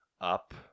Up